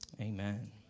amen